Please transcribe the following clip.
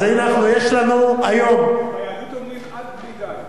אז הנה, יש לנו היום ביהדות אומרים: עד בלי די.